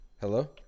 Hello